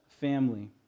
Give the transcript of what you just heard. family